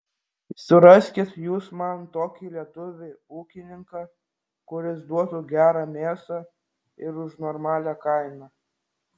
suraskit jūs man tokį lietuvį ūkininką kuris duotų gerą mėsą ir už normalią kainą